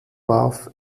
warf